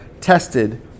Tested